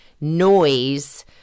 noise